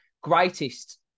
greatest